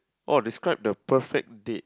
or describe the perfect date